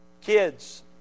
Kids